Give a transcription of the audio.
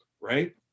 right